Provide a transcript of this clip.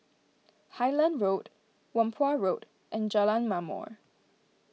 Highland Road Whampoa Road and Jalan Ma'mor